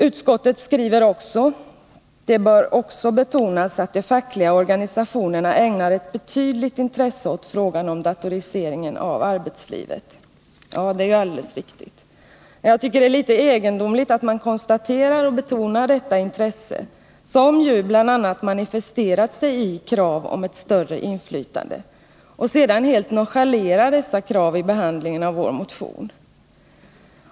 Utskottet skriver i det föreliggande utskottsbetänkandet: ”Det bör också betonas att de fackliga organisationerna ägnar ett betydligt intresse åt frågan om datoriseringen av arbetslivet.” Ja, det är helt riktigt, men jag tycker att det är litet egendomligt att man konstaterar och betonar detta intresse, som ju manifesterat sig i bl.a. krav om ett större inflytande, och sedan helt nonchalerar dessa krav vid behandlingen av vår motion.